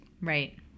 Right